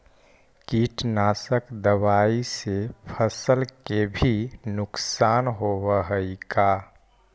कीटनाशक दबाइ से फसल के भी नुकसान होब हई का?